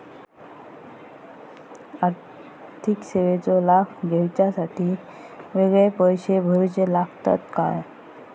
आर्थिक सेवेंचो लाभ घेवच्यासाठी वेगळे पैसे भरुचे लागतत काय?